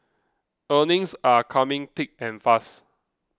earnings are coming thick and fast